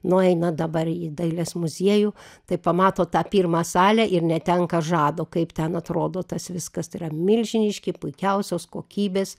nueina dabar į dailės muziejų tai pamato tą pirmą salę ir netenka žado kaip ten atrodo tas viskas tai yra milžiniški puikiausios kokybės